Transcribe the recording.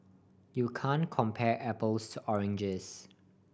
you can compare apples to oranges